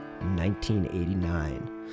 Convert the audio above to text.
1989